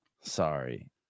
sorry